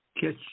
catch